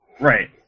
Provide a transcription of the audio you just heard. Right